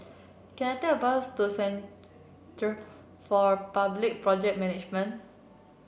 can I take a bus to Centre for Public Project Management